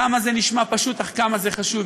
כמה זה נשמע פשוט, עד כמה זה חשוב.